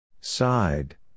Side